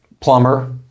plumber